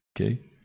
okay